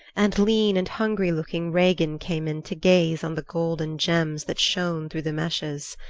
and lean and hungry-looking regin came in to gaze on the gold and gems that shone through the meshes.